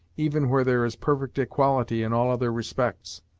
even where there is perfect equality in all other respects.